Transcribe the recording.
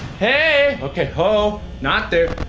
hey! okay, ho! not there.